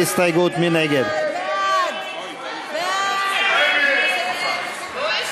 ההסתייגות של קבוצת סיעת המחנה הציוני (מיכל בירן) לסעיף תקציבי 23,